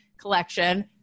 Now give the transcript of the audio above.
collection